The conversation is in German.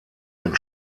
den